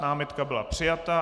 Námitka byla přijata.